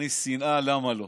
להכניס שנאה, למה לא.